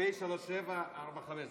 פ/3745,